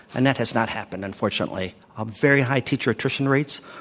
and that has not happened, unfortunately. ah very high teacher attrition rates.